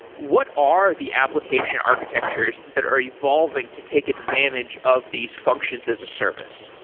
what are the application architectures that are evolving to take advantage of these functions as a service?